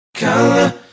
Color